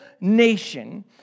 nation